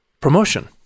promotion